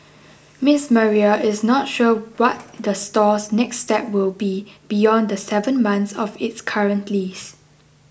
Ms Maria is not sure what the store's next step will be beyond the seven months of its current lease